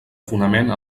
fonament